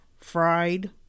fried